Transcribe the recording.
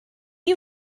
you